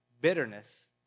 bitterness